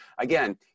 again